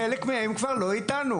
חלק מהם כבר לא איתנו,